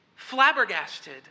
flabbergasted